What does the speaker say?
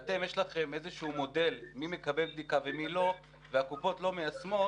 שיש לכם איזשהו מודל מי מקבל בדיקה ומי לא והקופות לא מיישמות,